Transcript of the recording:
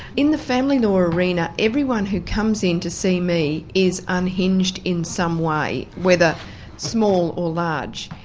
in the family law arena, everyone who comes in to see me is unhinged in some way, whether small or large.